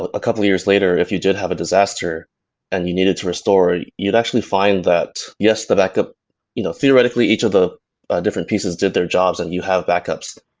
ah a couple of years later if you did have a disaster and you needed to restore, you'd actually find that, yes, the backup you know theoretically, each of the different pieces did their jobs and you have backups,